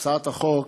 הצעת החוק